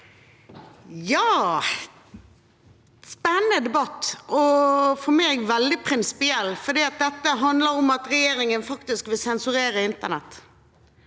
en spen- nende debatt som for meg er veldig prinsipiell, for dette handler om at regjeringen faktisk vil sensurere internett.